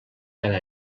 cada